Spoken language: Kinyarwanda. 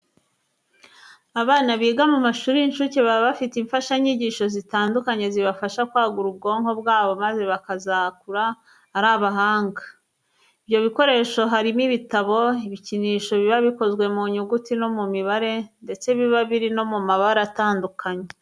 Abana biga mu mashuri y'incuke baba bafite imfashanyigisho zitandukanye zibafasha kwagura ubwonko bwabo maze bakazakura ari abahanga. Ibyo bikoresho harimo ibitabo, ibikinisho biba bikozwe mu nyuguti no mu mibare ndetse biba biri no mu mabara atandukanye.